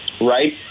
right